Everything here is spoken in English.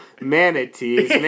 manatees